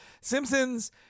Simpsons